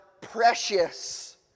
precious